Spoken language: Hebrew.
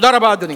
תודה רבה, אדוני.